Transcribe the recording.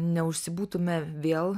neužsibūtume vėl